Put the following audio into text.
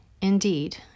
Indeed